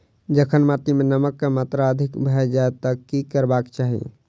जखन माटि मे नमक कऽ मात्रा अधिक भऽ जाय तऽ की करबाक चाहि?